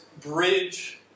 bridge